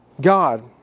God